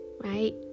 right